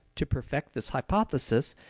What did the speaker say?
to perfect this hypothesis,